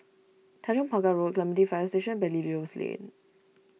Tanjong Pagar Road Clementi Fire Station Belilios Lane